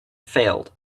failed